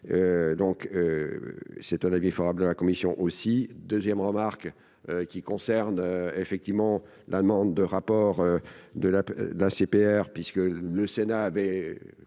donc c'est un avis favorable de la commission aussi 2ème remarque qui concerne effectivement la demande de rapport de la l'ACPR puisque le sénat avait